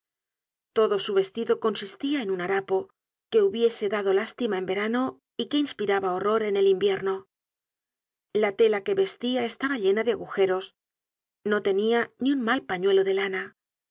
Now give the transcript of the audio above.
todo su vestido consistia en un harapo que hubiese dado lástima en verano y que inspiraba horror en el invierno la tela que vestia estaba llena de agujeros nd tenia ni un mal pañuelo de lana